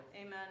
Amen